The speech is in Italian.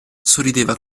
sorrideva